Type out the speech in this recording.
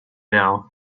now